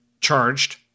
charged